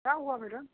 क्या हुआ मैडम